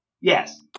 Yes